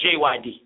JYD